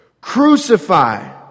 Crucify